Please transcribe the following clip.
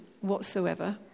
whatsoever